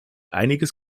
einiges